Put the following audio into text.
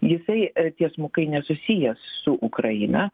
jisai tiesmukai nesusijęs su ukraina